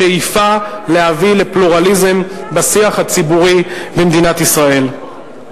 בשאיפה להביא לפלורליזם בשיח הציבורי במדינת ישראל.